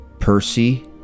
Percy